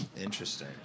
Interesting